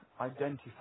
identify